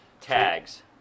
Tags